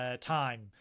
time